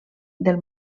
del